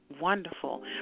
Wonderful